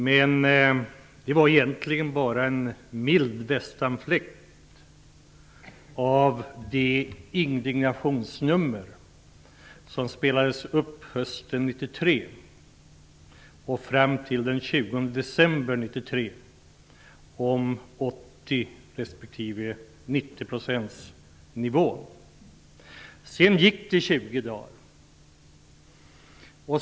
Men det var egentligen bara en mild västanfläkt jämfört med det indignationsnummer som spelades upp hösten 1993 respektive 90-procentsnivån. Därefter gick det 20 dagar.